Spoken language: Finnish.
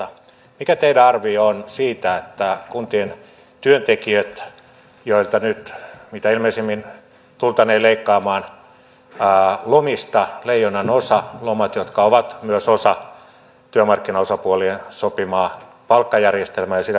mikä teidän arvionne on siitä että kuntien työntekijöiltä nyt mitä ilmeisimmin tultaneen leikkaamaan lomista leijonanosa lomat jotka ovat myös osa työmarkkinaosapuolien sopimaa palkkajärjestelmää ja sitä kautta palkkausta